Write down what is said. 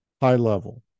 high-level